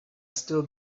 still